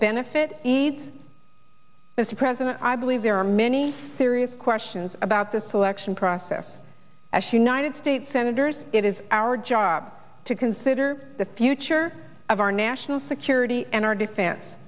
benefit eads as president i believe there are many serious questions about the selection process as united states senators it is our job to consider the future of our national security and our defense